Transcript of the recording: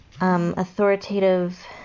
authoritative